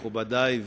מכובדי,